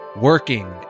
working